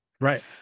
Right